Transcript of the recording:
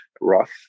Roth